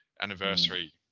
anniversary